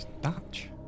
Dutch